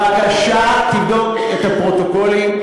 בבקשה, תבדוק את הפרוטוקולים.